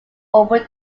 over